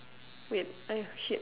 wait I shit